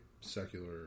secular